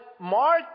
Mark